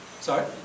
Sorry